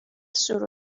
سور